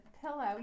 pillow